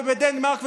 ובדנמרק,